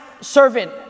servant